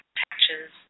patches